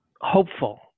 hopeful